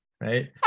right